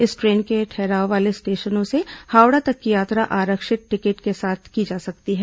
इस ट्रेन में ठहराव वाले स्टेशनों से हावड़ा तक कि यात्रा आरक्षित टिकट के साथ की जा सकती है